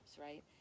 right